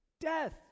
Death